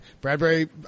Bradbury